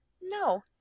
no